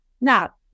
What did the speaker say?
Now